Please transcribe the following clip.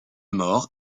mort